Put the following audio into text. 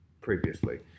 previously